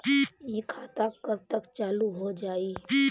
इ खाता कब तक चालू हो जाई?